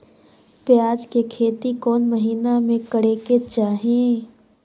प्याज के खेती कौन महीना में करेके चाही?